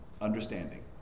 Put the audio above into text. Understanding